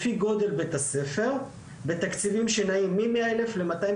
לפי גודל בית הספר בתקציבים שנעים ממאה אלף ל-250